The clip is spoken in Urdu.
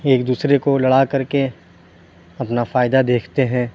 ایک دوسرے کو لڑا کر کے اپنا فائدہ دیکھتے ہیں